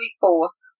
force